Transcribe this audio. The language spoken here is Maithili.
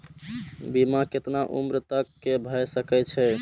बीमा केतना उम्र तक के भे सके छै?